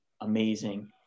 amazing